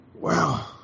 Wow